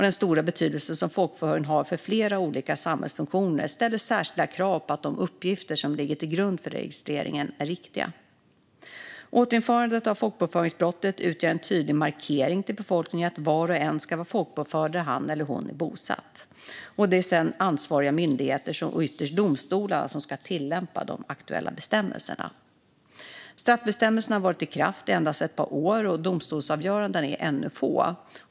Den stora betydelse som folkbokföringen har för flera olika samhällsfunktioner ställer särskilda krav på att de uppgifter som läggs till grund för registreringen är riktiga. Återinförandet av folkbokföringsbrottet utgör en tydlig markering till befolkningen att var och en ska vara folkbokförd där han eller hon är bosatt. Det är sedan ansvariga myndigheter och ytterst domstolarna som ska tillämpa de aktuella bestämmelserna. Straffbestämmelserna har varit i kraft endast i ett par år, och domstolsavgörandena är ännu få.